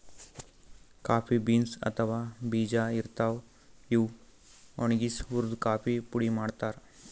coffee beans ಅಥವಾ ಬೀಜಾ ಇರ್ತಾವ್, ಇವ್ ಒಣಗ್ಸಿ ಹುರ್ದು ಕಾಫಿ ಪುಡಿ ಮಾಡ್ತಾರ್